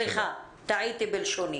סליחה, טעיתי בלשוני.